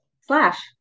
Slash